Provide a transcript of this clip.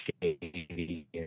shady